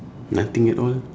nothing at all